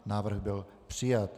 Návrh byl přijat.